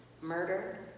murder